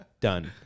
done